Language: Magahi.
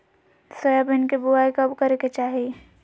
सोयाबीन के बुआई कब करे के चाहि?